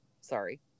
sorry